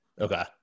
Okay